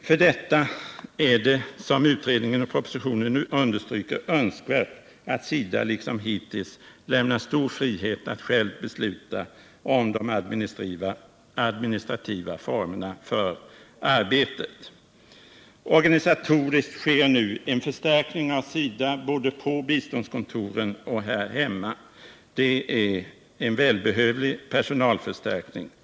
Med hänsyn härtill är det, som utredningen och departementschefen i propositionen understryker, önskvärt att SIDA liksom hittills lämnas frihet att själv besluta om de administrativa formerna för arbetet. Organisatoriskt sker nu en förstärkning av SIDA både på biståndskontoren och här hemma. Det är en välbehövlig personalförstärkning.